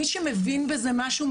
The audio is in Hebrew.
מי שמבין בזה משהו,